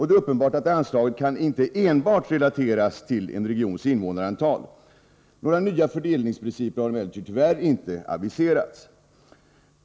Det är uppenbart att anslaget inte enbart kan relateras till en regions invånarantal. Tyvärr har några nya fördelningsprinciper inte aviserats.